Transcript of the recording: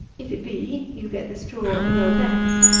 if it be, you get the straw of no length.